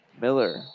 Miller